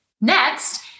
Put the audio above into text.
Next